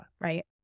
Right